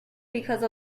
because